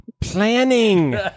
planning